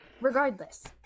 Regardless